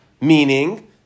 meaning